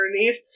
underneath